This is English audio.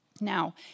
Now